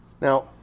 Now